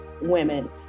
women